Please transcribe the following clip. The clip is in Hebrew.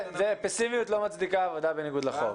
פסימיות לא מצדיקה עבודה בניגוד לחוק.